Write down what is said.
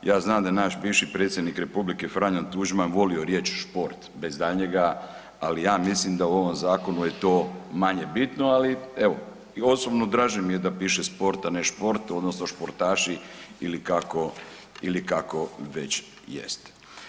Ja znam da je naš bivši predsjednik republike Franjo Tuđman volio riječ šport bez daljnjega, ali ja mislim da u ovom zakonu je to manje bitno, ali evo i osobno draže mi je da piše spor, a ne šport odnosno športaši ili kako ili kako već jest.